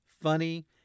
funny